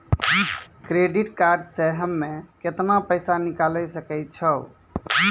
Credit card से हम्मे केतना पैसा निकाले सकै छौ?